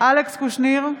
אלכס קושניר,